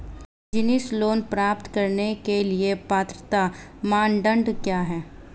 Business loan प्राप्त करने के लिए पात्रता मानदंड क्या हैं?